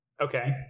Okay